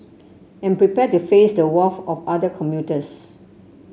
and prepare to face the wrath of other commuters